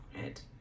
right